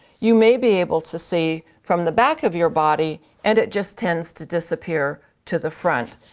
you may be able to see from the back of your body and it just tends to disappear to the front.